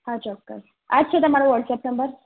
હા ચોક્કસ આ જ છે તમારો વોટ્સેપ નંબર